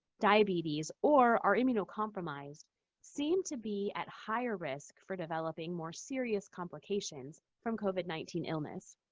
diabetes, or are immunocompromised seem to be at higher risk for developing more serious complications from covid nineteen illness.